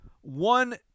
one